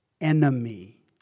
enemy